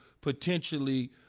potentially